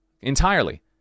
entirely